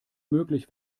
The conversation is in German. möglich